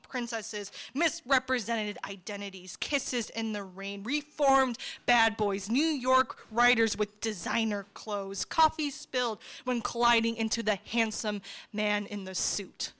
princesses misrepresented identities kisses in the rain reformed bad boys new york writers with designer clothes coffee spilled when colliding into the handsome man in the suit